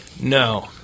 No